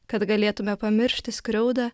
kad galėtume pamiršti skriaudą